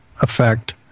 effect